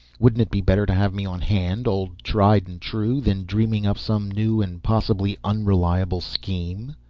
wouldn't it be better to have me on hand old tried and true than dreaming up some new and possibly unreliable scheme?